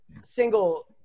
single